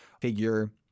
figure